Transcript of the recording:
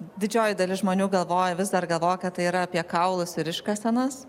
didžioji dalis žmonių galvoja vis dar galvoja kad tai yra apie kaulus ir iškasenas